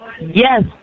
Yes